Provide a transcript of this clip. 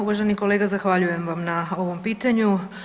Uvaženi kolega, zahvaljujem vam na ovom pitanju.